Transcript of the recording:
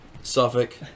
Suffolk